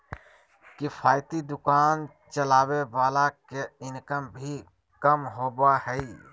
किफायती दुकान चलावे वाला के इनकम भी कम होबा हइ